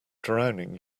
drowning